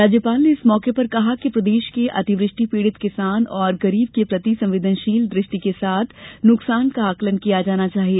राज्यपाल ने इस मौके पर कहा कि प्रदेश के अतिवृष्टि पीड़ित किसान और गरीब के प्रति संवेदनशील दृष्टि के साथ नुकसान का आंकलन किया जाना चाहिए